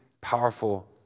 powerful